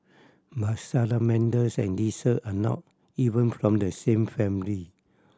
but salamanders and lizard are not even from the same family